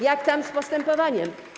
Jak tam z postępowaniem?